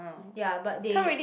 ya but they